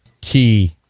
key